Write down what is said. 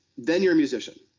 then youire a musician.